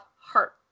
heart